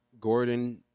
Gordon